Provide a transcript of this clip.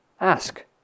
Ask